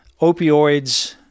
Opioids